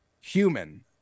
human